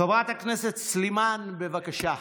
חברת הכנסת סלימאן, בבקשה.